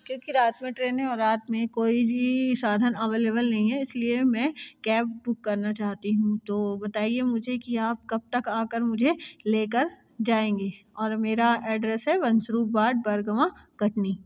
क्योंकि रात में ट्रेन है और रात में कोई भी साधन अवलेबल नहीं है इसलिए मैं कैब बुक करना चाहती हूँ तो बताइए मुझे कि आप कब तक आकर मुझ लेकर जाएंगे और मेरा एड्रेस है वंशरूपबाड बड़गवां कटनी